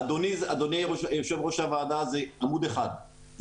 אדוני יושב-ראש הוועדה, זה עמוד אחד.